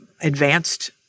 advanced